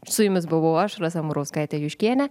su jumis buvau aš rasa murauskaitė juškienė